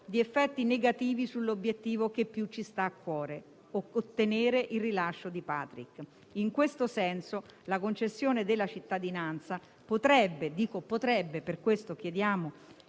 di effetti negativi sull'obiettivo che più ci sta a cuore: ottenere il rilascio di Patrick. In questo senso, la concessione della cittadinanza potrebbe - dico "potrebbe", per questo chiediamo